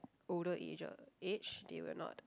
older ager age they will not